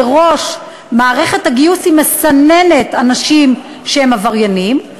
מראש מערכת הגיוס מסננת אנשים שהם עבריינים.